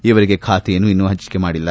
ಇವರಿಗೆ ಖಾತೆಯನ್ನು ಇನ್ನೂ ಹಂಚಿಕೆ ಮಾಡಿಲ್ಲ